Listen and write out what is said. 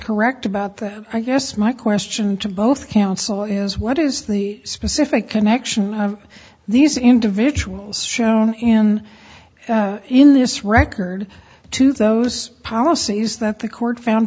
correct about that i guess my question to both counsel is what is the specific connection of these individuals shown in in this record to those policies that the court found